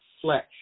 flesh